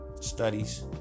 studies